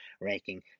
ranking